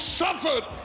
suffered